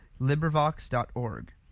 LibriVox.org